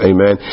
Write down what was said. Amen